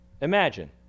Imagine